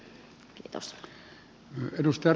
arvoisa puhemies